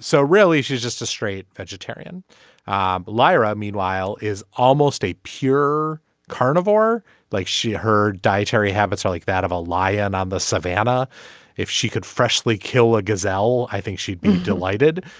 so really she's just a straight vegetarian um liar. ah meanwhile is almost a pure carnivore like she heard dietary habits ah like that of a lion on the savannah if she could freshly kill a gazelle i think she'd be delighted.